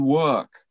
work